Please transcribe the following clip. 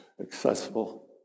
accessible